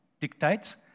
dictates